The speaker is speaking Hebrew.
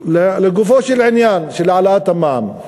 לגופו של עניין, של העלאת המע"מ,